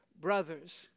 Brothers